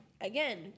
again